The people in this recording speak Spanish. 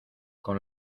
con